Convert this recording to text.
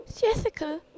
Jessica